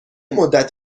مدت